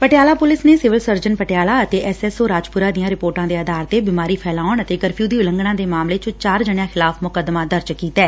Patiala police ਨੇ civil surgeon Patiala ਅਤੇ S M O Rajpura ਦੀਆਂ ਰਿਪੋਰਟਾਂ ਦੇ ਆਧਾਰ ਤੇ ਬੀਮਾਰੀ ਫੈਲਾਉਣ ਅਤੇ ਕਰਫਿਉ ਦੀ ਉਲੰਘਣਾ ਦੇ ਮਾਮਲੇ ਚ ਚਾਰ ਜਣਿਆਂ ਖਿਲਾਫ਼ ਮੁਕੱਦਮਾ ਦਰਜ ਕੀਤੈ